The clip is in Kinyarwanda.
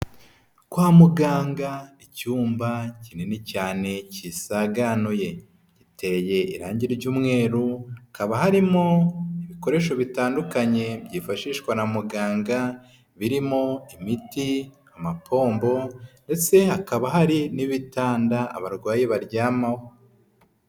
Kwa muganga, icyumba kinini cyane kisaganuye giteye irangi ry'umweru, hakaba harimo ibikoresho bitandukanye byifashishwa na muganga, birimo imiti, amapombo, ndetse hakaba hari n'ibitanda abarwayi baryamaho.